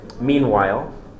meanwhile